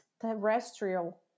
terrestrial